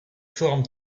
forme